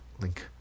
Link